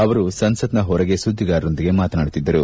ಅವರು ಸಂಸತ್ನ ಹೊರಗೆ ಸುದ್ದಿಗಾರರೊಂದಿಗೆ ಮಾತನಾಡುತ್ತಿದ್ದರು